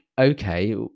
okay